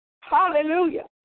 Hallelujah